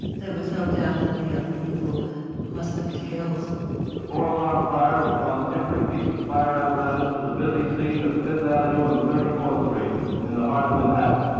there was no doubt that the other people must have been killed the fourth alarm fire has drawn every piece of fire apparatus to the busy scene of fifth avenue and thirty fourth street in the heart of manhattan,